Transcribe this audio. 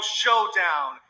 showdown